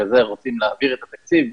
בגלל זה רוצים להעביר את התקציב,